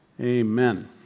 Amen